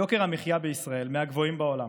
יוקר המחיה בישראל הוא מהגבוהים בעולם,